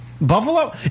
Buffalo